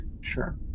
Sure